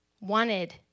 wanted